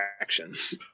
actions